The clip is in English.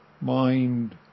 mind